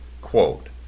Quote